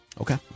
okay